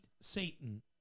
Satan